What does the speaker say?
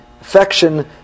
affection